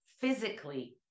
physically